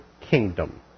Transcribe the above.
kingdom